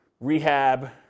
rehab